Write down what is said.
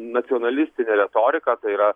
nacionalistinę retoriką tai yra